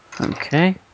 Okay